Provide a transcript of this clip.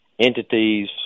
entities